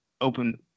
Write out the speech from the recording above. open